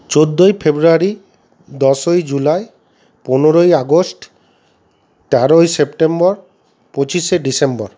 চোদ্দোই ফেব্রুয়ারি দশই জুলাই পনেরোই আগস্ট তেরোই সেপ্টেম্বর পঁচিশে ডিসেম্বর